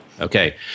Okay